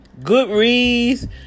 Goodreads